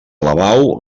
alabau